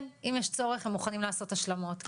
כן, אם יש צורך הם מוכנים לעשות השלמות.